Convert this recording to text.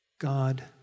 God